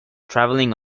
travelling